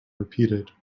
repeated